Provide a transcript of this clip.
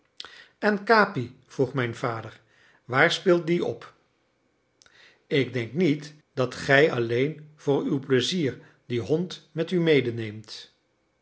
en capi vroeg mijn vader waar speelt die op ik denk niet dat gij alleen voor uw pleizier dien hond met u